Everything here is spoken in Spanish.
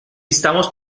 estamos